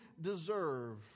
deserve